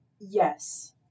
Yes